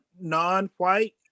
non-white